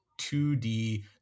2D